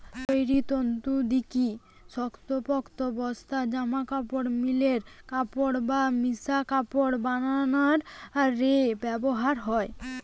তৈরির তন্তু দিকি শক্তপোক্ত বস্তা, জামাকাপড়, মিলের কাপড় বা মিশা কাপড় বানানা রে ব্যবহার হয়